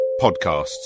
podcasts